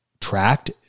tracked